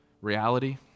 reality